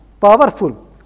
powerful